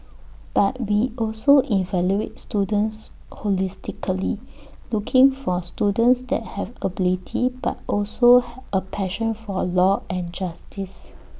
but we also evaluate students holistically looking for students that have ability but also A passion for law and justice